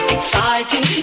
Exciting